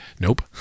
nope